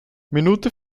minute